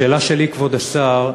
השאלה שלי, כבוד השר: